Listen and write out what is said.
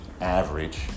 average